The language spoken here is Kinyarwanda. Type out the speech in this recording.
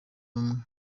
umwe